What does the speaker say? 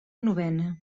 novena